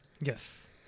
Yes